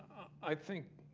i think